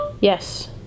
yes